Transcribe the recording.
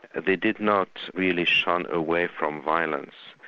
they did not really shun away from violence.